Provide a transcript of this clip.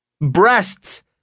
Breasts